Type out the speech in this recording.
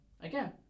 again